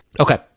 Okay